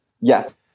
yes